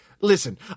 Listen